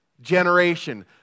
generation